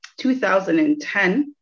2010